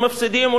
אנחנו מפסידים.